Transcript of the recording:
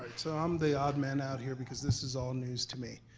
i'm the odd man out here, because this is all news to me.